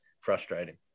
frustrating